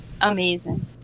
amazing